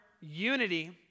unity